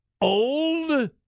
old